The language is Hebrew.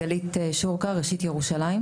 שמי גלית שורקה מרשות ירושלים.